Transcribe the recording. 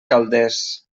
calders